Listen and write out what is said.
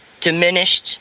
diminished